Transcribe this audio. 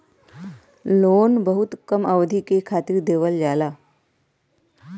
loan बहुत कम अवधि के खातिर देवल जाला